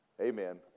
Amen